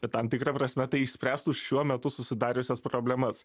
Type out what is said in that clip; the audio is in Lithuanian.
bet tam tikra prasme tai išspręstų šiuo metu susidariusias problemas